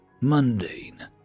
mundane